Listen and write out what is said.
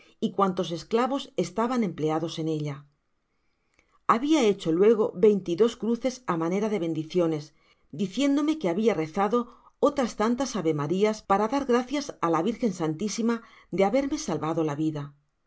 plantacion y'cuantos esclavo estaban empleados en ella habia hecho luego veinte y dos cruces á manera de bendiciones diciéndome que habia re ailootras tantas ave marias para dar gracias á la virgen santisima de haberme salvado la vida